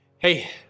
Hey